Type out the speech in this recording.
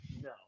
no